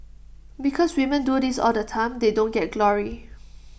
because women do this all the time they don't get glory